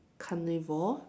carnivore